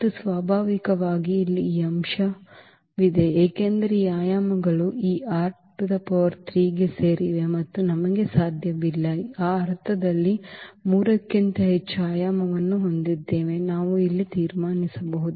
ಮತ್ತು ಸ್ವಾಭಾವಿಕವಾಗಿ ಇಲ್ಲಿ ಈ ಅಂಶವಿದೆ ಏಕೆಂದರೆ ಈ ಆಯಾಮಗಳು ಈಗೆ ಸೇರಿವೆ ಮತ್ತು ನಮಗೆ ಸಾಧ್ಯವಿಲ್ಲ ಆ ಅರ್ಥದಲ್ಲಿ 3 ಕ್ಕಿಂತ ಹೆಚ್ಚು ಆಯಾಮವನ್ನು ಹೊಂದಿದ್ದೇವೆ ನಾವು ಇಲ್ಲಿ ತೀರ್ಮಾನಿಸಬಹುದು